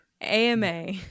AMA